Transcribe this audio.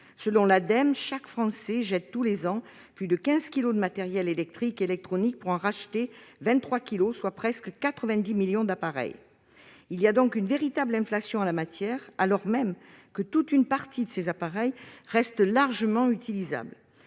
Selon l'Ademe, chaque Français jette tous les ans plus de 15 kilogrammes de matériel électrique et électronique, pour en racheter 23 kilogrammes, soit presque 90 millions d'appareils. Il y a donc une véritable inflation en la matière, alors même qu'une grande partie de ces appareils reste largement utilisable.